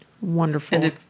Wonderful